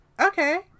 okay